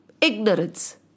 Ignorance